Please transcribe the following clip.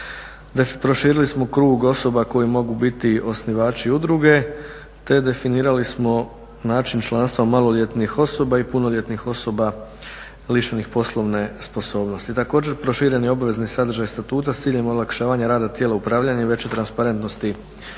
Proširili smo krug osoba koje mogu biti osnivači udruge te definirali smo način članstva maloljetnih osoba i punoljetnih osoba lišenih poslovne sposobnosti. Također, proširen je obavezni sadržaj statuta s ciljem olakšavanja rada tijela upravljanja i veće transparentnosti rada